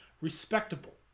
respectable